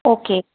okay